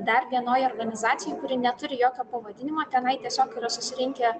dar vienoj organizacijoj kuri neturi jokio pavadinimo tenai tiesiog yra susirinkę